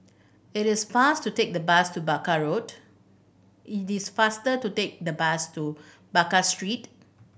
it is faster to take the bus to Baker Road it is faster to take the bus to Baker Street